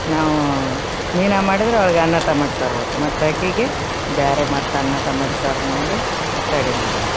ನಾವು ಮೀನು ಮಾಡಿದ್ರ ಅವ್ಳಿಗೆ ಅನ್ನ ಟೊಮ್ಯಾಟೊ ಸಾರು ಬೇಕು ಮತ್ತೆ ಆಕಿಗೆ ಬ್ಯಾರೆ ಮತ್ತು ಅನ್ನ ಟೊಮ್ಯಾಟ್ ಸಾರು ಮಾಡಿ ರೆಡಿ ಮಾಡ್ಬೇಕು